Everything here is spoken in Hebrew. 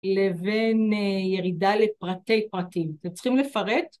לבין ירידה לפרטי פרטים, אתם צריכים לפרט?